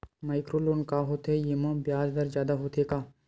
Micro loan का होथे येमा ब्याज दर जादा होथे का?